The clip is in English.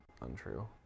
untrue